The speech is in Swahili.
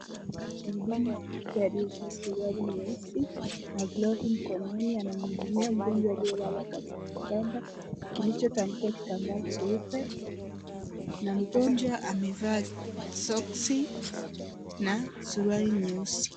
Mhudumu wa afya aliyevaa suruali nyeusi na glovu mkononi anahudumia mgonjwa aliyelala kwa kitanda kilichotandikwa kitambaa cheupe na mgonjwa amevaa soxi na suruali nyeusi.